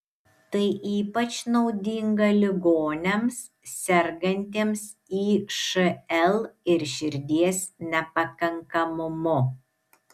tai ypač naudinga ligoniams sergantiems išl ir širdies nepakankamumu